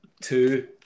Two